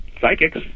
psychics